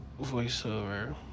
voiceover